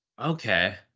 okay